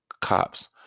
cops